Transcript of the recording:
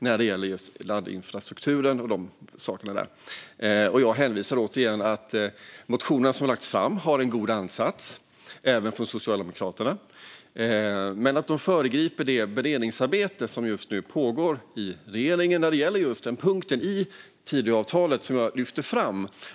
Jag vill återigen hänvisa till att motionerna som väckts har en god ansats, även de från Socialdemokraterna, men att de föregriper det beredningsarbete som just nu pågår i regeringen när det gäller den punkt i Tidöavtalet som jag lyfte fram.